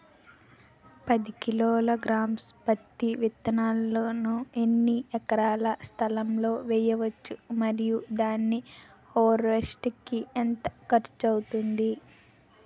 పది కిలోగ్రామ్స్ పత్తి విత్తనాలను ఎన్ని ఎకరాల స్థలం లొ వేయవచ్చు? మరియు దాని హార్వెస్ట్ కి ఎంత ఖర్చు అవుతుంది?